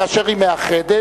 כאשר היא מאחדת,